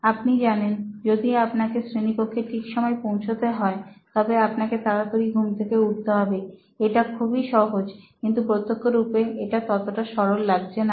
আপনি জানেন যদি আপনাকে শ্রেণীকক্ষে ঠিক সময় পৌঁছতে হয় তবে আপনাকে তাড়াতাড়ি ঘুম থেকে উঠতে হবে এটা খুবই সহজ কিন্তু প্রত্যক্ষ রূপে এটা ততটা সরল লাগছে না